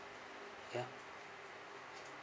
ya